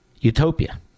utopia